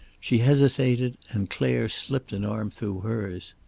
she hesitated, and clare slipped an arm through hers.